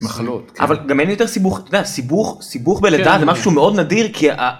מחלות. אבל גם אין יותר סיבוך. אתה יודע, סיבוך בלידה זה משהו מאוד נדיר כי ה...